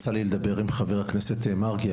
יצא לי לדבר עם חבר הכנסת מרגי,